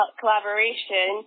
collaboration